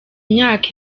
imyaka